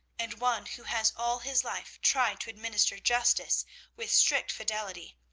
and one who has all his life tried to administer justice with strict fidelity.